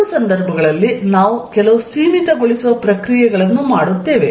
ಎರಡೂ ಸಂದರ್ಭಗಳಲ್ಲಿ ನಾವು ಕೆಲವು ಸೀಮಿತಗೊಳಿಸುವ ಪ್ರಕ್ರಿಯೆಗಳನ್ನು ಮಾಡುತ್ತೇವೆ